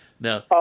Now